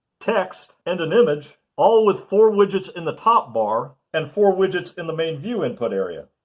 text, and an image all with four widgets in the top bar and four widgets in the main view input area.